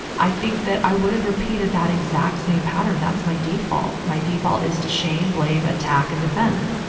i think that i would have repeated that exact same pattern. that's my default. my default is to shame, blame, attack, and defend.